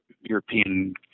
European